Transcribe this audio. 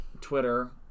Twitter